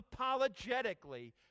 unapologetically